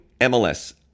MLS